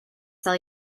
sell